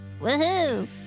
Woohoo